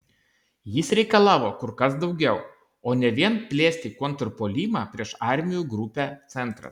jis reikalavo kur kas daugiau o ne vien plėsti kontrpuolimą prieš armijų grupę centras